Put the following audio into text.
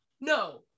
No